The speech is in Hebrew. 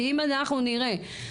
כי אם אנחנו נראה